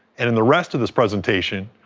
and in the rest of this presentation,